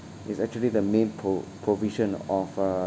it's actually the main pro~ provision of uh